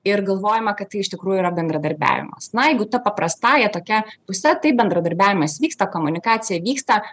ir galvojama kad iš tai tikrųjų yra bendradarbiavimas na jeigu ta paprastąja tokia puse taip bendradarbiavimas vyksta komunikacija vyksta